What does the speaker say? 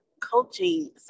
coaching